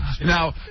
Now